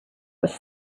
was